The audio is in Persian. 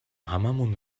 هممون